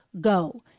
go